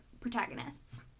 Protagonists